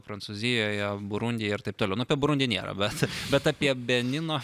prancūzijoje burundyje ir taip toliau nu apie burundį nėra bet bet apie benino